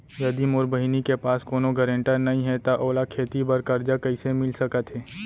यदि मोर बहिनी के पास कोनो गरेंटेटर नई हे त ओला खेती बर कर्जा कईसे मिल सकत हे?